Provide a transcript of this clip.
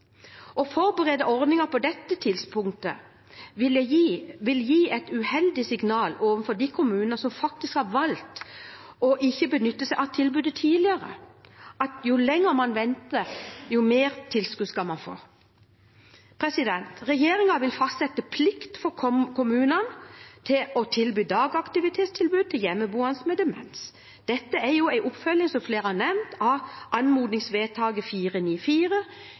Å forbedre ordningen på dette tidspunktet vil gi et uheldig signal overfor de kommunene som har valgt ikke å benytte seg av tilbudet tidligere – at jo lenger en venter, jo mer tilskudd skal man få. Regjeringen vil fastsette plikt for kommunene til å tilby dagaktivitetstilbud til hjemmeboende med demens. Dette er, som flere har nevnt, en oppfølging av